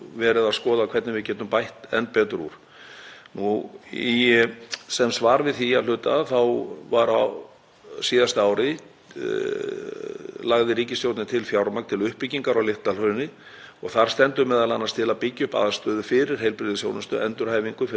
á síðasta ári til fjármagn til uppbyggingar á Litla-Hrauni og þar stendur m.a. til að byggja upp aðstöðu fyrir heilbrigðisþjónustu og endurhæfingu fyrir allt fangelsiskerfið. Þetta eru um 2 milljarðar og það er komið að útboði á þessu mikilvæga og stóra verkefni.